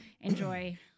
enjoy